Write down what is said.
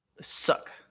suck